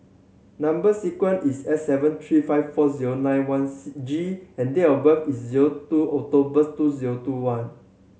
number sequence is S seven three five four zero nine one G and date of birth is zero two October two zero two one